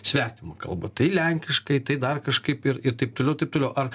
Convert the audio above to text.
svetima kalba tai lenkiškai tai dar kažkaip ir ir taip toliau taip toliau ar